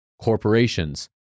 corporations